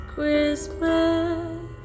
Christmas